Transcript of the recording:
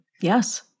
Yes